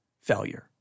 failure